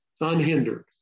unhindered